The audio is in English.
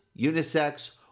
Unisex